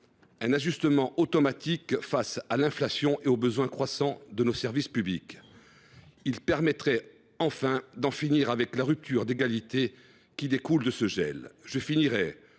un ajustement automatique face à l’inflation et aux besoins croissants de nos services publics. Enfin, nous pourrions ainsi en finir avec la rupture d’égalité qui découle de ce gel.